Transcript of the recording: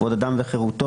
כבוד האדם וחירותו,